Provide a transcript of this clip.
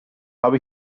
habe